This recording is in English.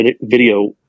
video